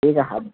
ಈಗ ಅದು